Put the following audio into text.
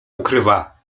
ukrywa